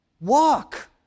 walk